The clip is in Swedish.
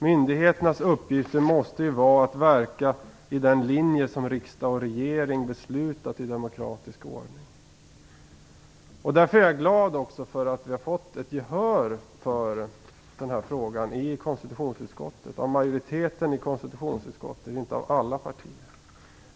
Myndigheternas uppgift måste vara att verka i linje med det som riksdag och regering har beslutat i demokratisk ordning. Jag är glad för att vi har fått gehör för den här frågan hos en majoritet i konstitutionsutskottet, om också inte hos alla partier.